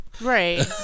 Right